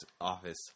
office